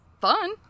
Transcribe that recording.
Fun